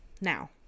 Now